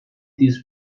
this